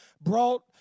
brought